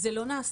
זה לא נעשה.